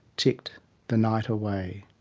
ticked the night away.